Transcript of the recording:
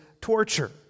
torture